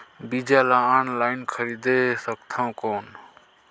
बीजा ला ऑनलाइन खरीदे सकथव कौन?